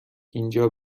اینجا